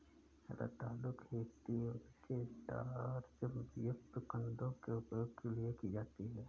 रतालू खेती उनके स्टार्च युक्त कंदों के उपभोग के लिए की जाती है